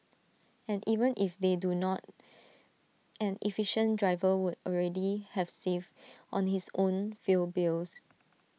and even if they do not an efficient driver would already have saved on his own fuel bills